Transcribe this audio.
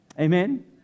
Amen